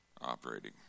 operating